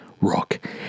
rock